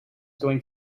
going